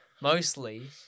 mostly